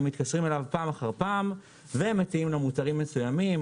הם מתקשרים אליו פעם אחר פעם ומציעים לו מוצרים מסוימים.